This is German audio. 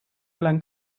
lang